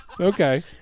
Okay